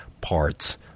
parts